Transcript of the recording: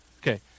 Okay